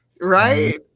Right